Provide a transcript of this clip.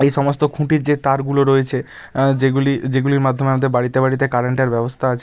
এই সমস্ত খুঁটির যে তারগুলো রয়েছে যেগুলি যেগুলির মাধ্যমে আমাদের বাড়িতে বাড়িতে কারেন্টের ব্যবস্থা আছে